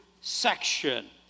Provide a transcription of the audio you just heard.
section